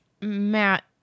Matt